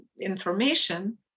information